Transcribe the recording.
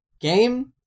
game